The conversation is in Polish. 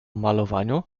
malowaniu